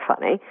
funny